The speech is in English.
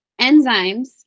enzymes